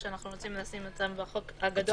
כשאנחנו רוצים לשים את זה בחוק הגדול